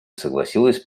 согласилась